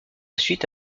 suite